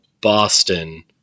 Boston